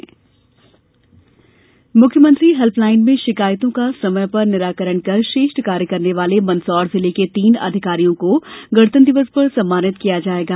CM helpline पुरस्कार मुख्यमंत्री helpline में शिकायतो का समय पर निराकरण कर श्रेष्ठ कार्य करने वाले मंदसौर जिले के तीन अधिकारियों को गणतंत्र दिवस पर सम्मानित किया जाएगा